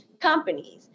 companies